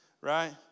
right